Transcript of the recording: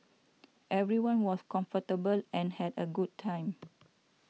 everyone was comfortable and had a good time